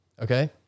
Okay